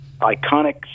iconic